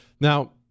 Now